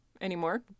anymore